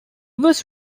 was